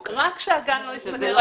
רק שהגן לא ייסגר.